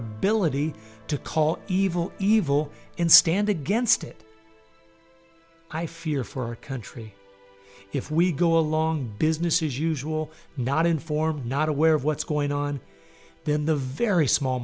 ability to call evil evil and stand against it i fear for our country if we go along business as usual not inform not aware of what's going on in the very small